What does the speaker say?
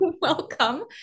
welcome